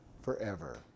forever